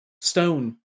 stone